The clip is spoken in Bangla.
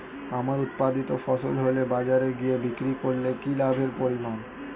আমার উৎপাদিত ফসল ফলে বাজারে গিয়ে বিক্রি করলে কি লাভের পরিমাণ?